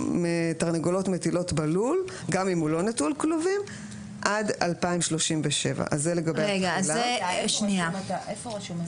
תרנגולות מטילות בלול גם אם הוא לא נטול כלובים עד 2037. איפה זה רשום?